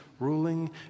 ruling